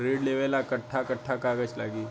ऋण लेवेला कट्ठा कट्ठा कागज लागी?